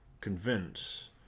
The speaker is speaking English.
convince